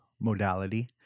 modality